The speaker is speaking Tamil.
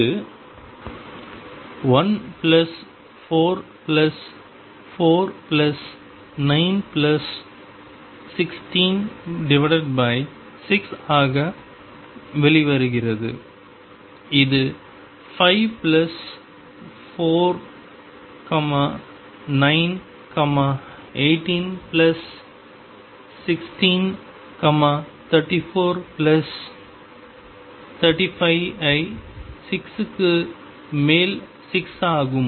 இது 14491166 ஆக வெளிவருகிறது இது 5 பிளஸ் 4 9 18 பிளஸ் 16 34 பிளஸ் 35 ஐ 6 க்கு மேல் 6 ஆகும்